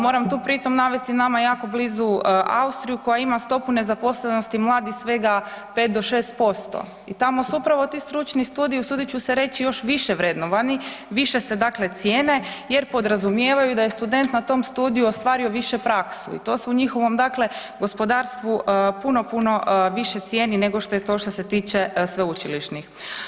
Moram t pritom navesti nama jako blizu Austriju koja ima stopu nezaposlenosti mladih 5 do 6% i tamo su upravo ti stručni studiji usudit ću se reći, još vrednovani, više se dakle cijene jer podrazumijevaju da je student na tom studiju ostvario više praksu i to se u njihovom dakle gospodarstvu puno, puno više cijeni nego što je to što se tiče sveučilišnih.